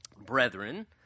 brethren